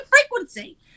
frequency